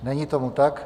Není tomu tak.